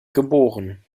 geboren